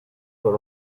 por